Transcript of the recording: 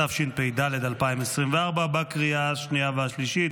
התשפ"ד 2024, לקריאה השנייה והשלישית.